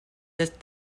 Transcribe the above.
that